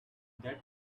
that